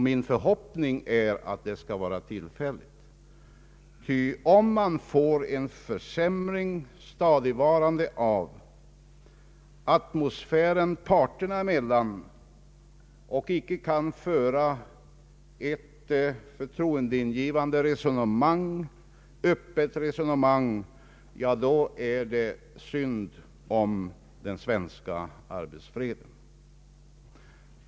Min förhoppning är att det skall vara tillfälligt, ty om man får en stadigvarande försämring av atmosfären parterna emellan och icke kan föra ett förtroendeingivande öppet resonemang är det synd om den svenska arbetsfreden.